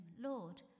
Lord